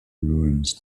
ruins